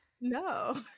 No